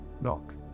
knock